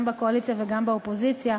גם בקואליציה וגם באופוזיציה,